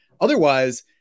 Otherwise